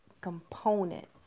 components